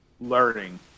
learning